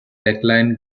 reclined